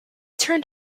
turned